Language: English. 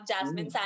Jasmine